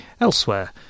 Elsewhere